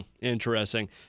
Interesting